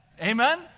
amen